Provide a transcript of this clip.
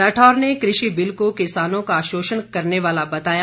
राठौर ने कृषि बिल को किसानों का शोषण करने वाला बताया